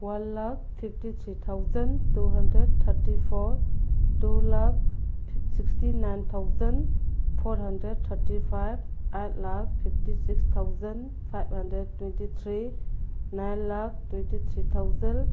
one lakh fifty three thousand two hundred thirty four two lakh sixty nine thousand four hundred thirty five eight lakh fifty six thousand five hundred twenty three nine lakh twenty three thousand